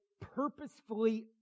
purposefully